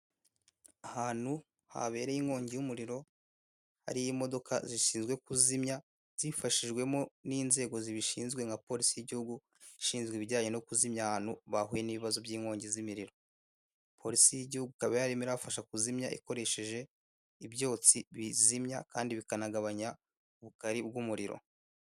Ahantu habereye inkongi y'umuriro, hari imodoka zishinzwe kuzimya zifashijwemo n'inzego zibishinzwe nka polisi y'igihugu ishinzwe ibijyanye no kuzimya ahantu bahuye n'ibibazo by'inkongi z'imiriro. Polisi y'igihugu ikaba yarimo irabafasha kuzimya ikoresheje ibyotsi bizimya kandi bikanagabanya ubukari bw'umuriro.